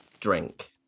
drink